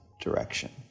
direction